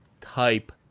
type